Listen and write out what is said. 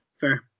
fair